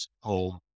home